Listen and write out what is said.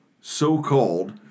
so-called